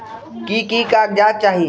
की की कागज़ात चाही?